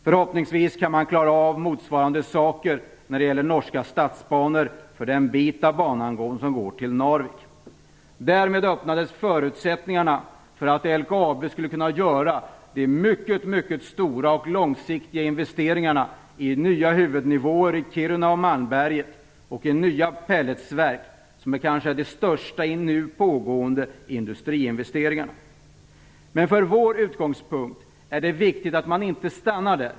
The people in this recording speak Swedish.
Förhoppningsvis kan man klara av motsvarande problem när det gäller norska statsbanor för den bit av banan som går till Narvik. Genom detta agerande öppnades förutsättningarna för att LKAB skulle kunna göra de mycket stora och långsiktiga investeringar, i nya huvudnivåer i Kiruna och Malmberget och i nya pelletsverk, som kanske är de största nu pågående industriinvesteringarna. Men från vår utgångspunkt är det viktigt att man inte stannar där.